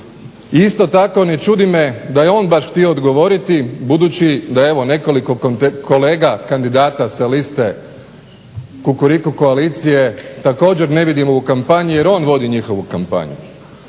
I isto tako ne čudi me da je on baš htio odgovoriti budući da evo nekoliko kolega kandidata za liste Kukuriku koalicije također ne vidim u kampanji jer on vodi njihovu kampanju.